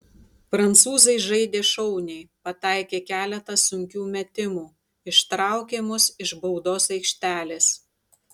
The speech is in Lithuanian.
prancūzai žaidė šauniai pataikė keletą sunkių metimų ištraukė mus iš baudos aikštelės